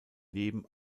leben